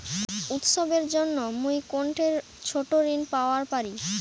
উৎসবের জন্য মুই কোনঠে ছোট ঋণ পাওয়া পারি?